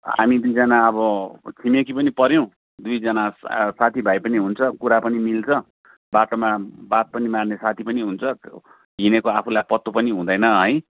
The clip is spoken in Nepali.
हामी दुईजना अब छिमेकी पनि पर्यौँ दुईजना साथीभाइ पनि हुन्छ कुरा पनि मिल्छ बाटोमा बात पनि मार्ने साथी पनि हुन्छ हिँडेको आफूलाई पत्तो पनि हुँदैन है